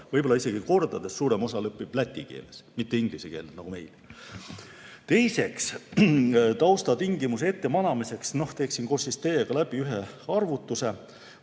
võib-olla isegi kordades suurem osa, õpib läti keeles, mitte inglise keeles, nagu meil. Teiseks, taustatingimuste ette manamiseks teeksin koos teiega läbi ühe arvutuse.